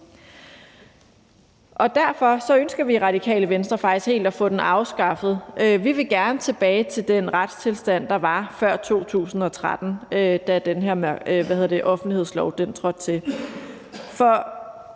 Derfor ønsker vi i Radikale Venstre faktisk helt at få den afskaffet. Vi vil gerne tilbage til den retstilstand, der var før 2013, da den her offentlighedslov trådte i